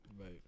Right